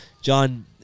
John